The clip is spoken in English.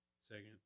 second